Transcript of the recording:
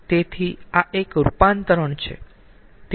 તેથી આ એક રૂપાંતરણ છે